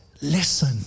listen